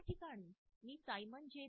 याठिकाणी मी सायमन जे